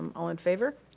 um all in favor?